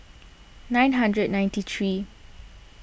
nine hundred ninety three